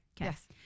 Yes